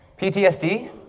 PTSD